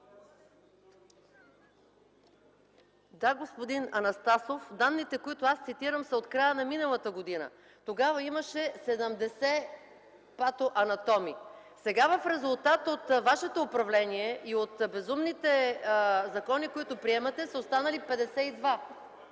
Да, господин Анастасов, данните, които аз цитирам, са от края на миналата година. Тогава имаше 70 патоанатоми. Сега в резултат от вашето управление и от безумните закони, които приемате, са останали